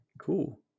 Cool